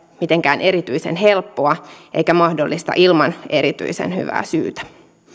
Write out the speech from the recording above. mitenkään erityisen helppoa eikä mahdollista ilman erityisen hyvää syytä